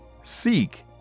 Seek